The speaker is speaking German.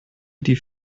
die